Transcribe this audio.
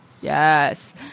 Yes